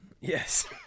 Yes